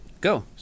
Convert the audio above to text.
Go